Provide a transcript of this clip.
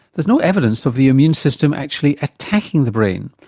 there's no evidence of the immune system actually attacking the brain.